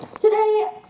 today